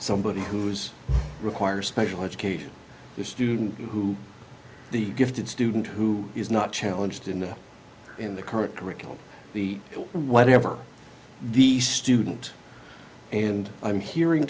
somebody who's require special education the student who the gifted student who is not challenged in the in the current curriculum the whatever the student and i'm hearing